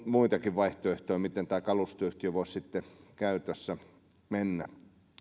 muitakin vaihtoehtoja miten tämä kalustoyhtiö voisi sitten käytössä mennä